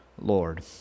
Lord